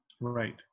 right